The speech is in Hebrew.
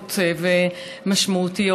גדולות ומשמעותיות.